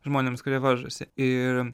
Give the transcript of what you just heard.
žmonėms kurie varžosi ir